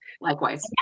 likewise